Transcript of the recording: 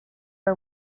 are